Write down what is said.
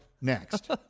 next